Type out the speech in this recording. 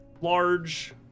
large